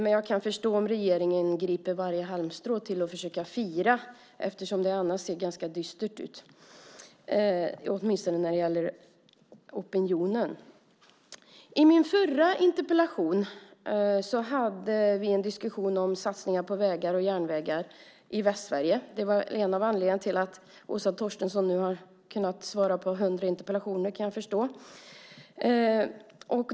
Men jag kan förstå om regeringen griper varje halmstrå att försöka fira eftersom det annars ser ganska dystert ut, åtminstone när det gäller opinionen. I den förra interpellationsdebatten hade vi en diskussion om satsningar på vägar och järnvägar i Västsverige. Det var en av anledningarna till att Åsa Torstensson nu har kunnat svara på 100 interpellationer.